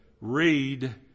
read